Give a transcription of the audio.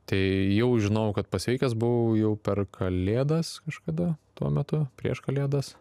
tai jau žinojau kad pasveikęs buvau jau per kalėdas kažkada tuo metu prieš kalėdas